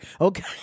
Okay